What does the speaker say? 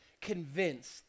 convinced